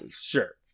sure